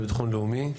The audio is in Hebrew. לאומי.